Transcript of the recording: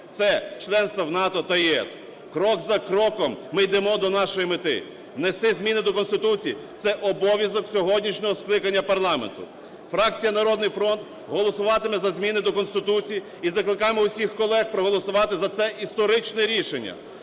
це членство в НАТО та ЄС. Крок за кроком ми йдемо до нашої мети. Внести зміни до Конституції – це обов'язок сьогоднішнього скликання парламенту. Фракція "Народний фронт" голосуватиме за зміни до Конституції, і закликаємо усіх колег проголосувати за це історичне рішення.